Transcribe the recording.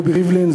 רובי ריבלין,